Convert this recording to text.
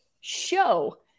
show